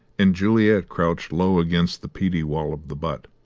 and juliet crouched low against the peaty wall of the butt.